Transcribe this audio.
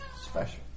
special